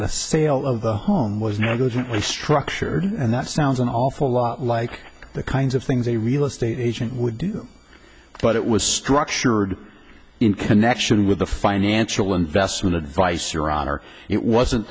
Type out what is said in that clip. the sale of the home was negligent restructure and that sounds an awful lot like the kinds of things a real estate agent would do but it was structured in connection with the financial investment advice your honor it wasn't